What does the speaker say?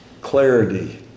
clarity